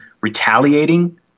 retaliating